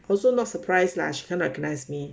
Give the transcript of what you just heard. also not surprise lah she cannot recognise me